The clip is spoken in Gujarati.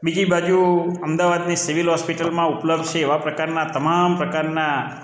બીજી બાજુ અમદાવાદની સિવિલ હોસ્પિટલમાં ઉપલબ્ધ છે એવા પ્રકારના તમામ પ્રકારના